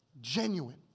genuine